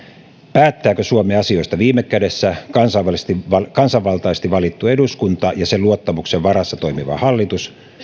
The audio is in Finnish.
päättääkö suomen asioista viime kädessä kansanvaltaisesti valittu eduskunta ja sen luottamuksen varassa toimiva hallitus